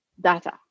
data